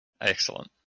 Excellent